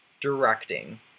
directing